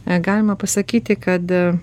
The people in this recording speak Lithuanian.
negalima pasakyti kad